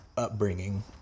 upbringing